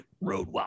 Road